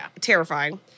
terrifying